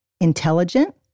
intelligent